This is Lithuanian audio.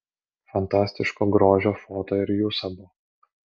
fantastiško grožio foto ir jūs abu